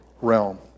realm